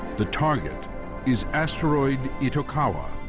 the target is asteroid itokawa,